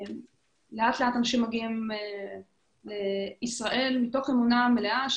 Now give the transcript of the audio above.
לאט לאט אנשים מגיעים לישראל מתוך אמונה מלאה כי